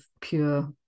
pure